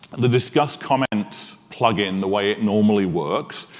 the disqus comments plug-in, the way it normally works,